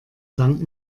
sankt